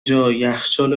جا، یخچال